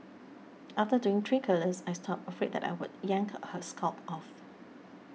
after doing three curlers I stopped afraid that I would yank her scalp off